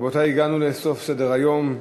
רבותי, הגענו לסוף סדר-היום.